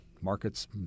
markets